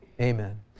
amen